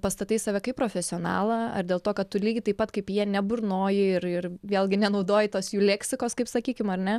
pastatai save kaip profesionalą ar dėl to kad tu lygiai taip pat kaip jie neburnoji ir ir vėlgi nenaudoji tos jų leksikos kaip sakykim ar ne